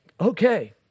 Okay